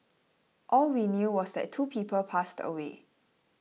all we knew was that two people passed away